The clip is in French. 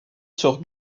sur